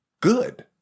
good